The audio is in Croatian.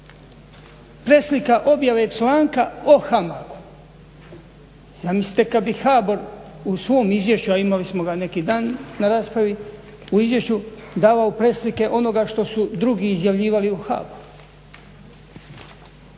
preslika objave članka o HAMAG-u. zamislite kada bi HBOR u svom izvješću, a imali smo ga neki dan na raspravi u izvješću davao preslike onoga što su drugi izjavljivali o HBOR-u.